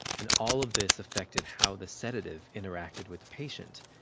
and all of this affected how the sedative interacted with the patient,